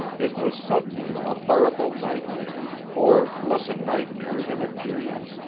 it was suddenly a horrible nightmare, or less a nightmare than a dream,